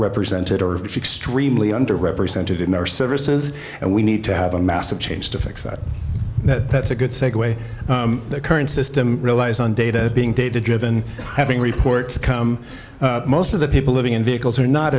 represented are extremely underrepresented in our services and we need to have a massive change to fix that that's a good segue the current system relies on data being data driven having reports come most of the people living in vehicles are not